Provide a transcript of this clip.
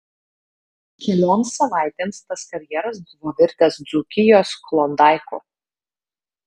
kelioms savaitėms tas karjeras buvo virtęs dzūkijos klondaiku